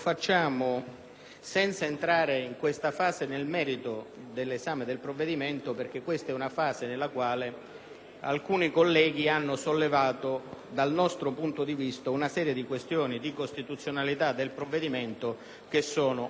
senza entrare, in questa fase, nel merito dell'esame del provvedimento, perché questa è una fase nella quale alcuni colleghi hanno sollevato una serie di questioni di costituzionalità del provvedimento che dal nostro